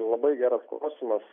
labai geras klausimas